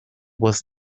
was